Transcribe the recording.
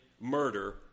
murder